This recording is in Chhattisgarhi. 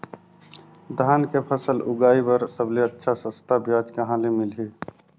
धान के फसल उगाई बार सबले अच्छा सस्ता ब्याज कहा ले मिलही?